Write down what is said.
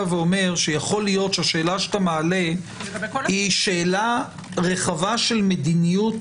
ואומר שיכול להיות שהשאלה שאתה מעלה היא שאלה רחבה של מדיניות